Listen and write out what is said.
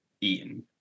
eaten